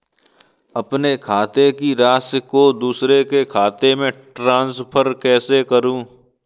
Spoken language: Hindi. अपने खाते की राशि को दूसरे के खाते में ट्रांसफर कैसे करूँ?